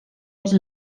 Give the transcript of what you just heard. els